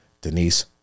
Denise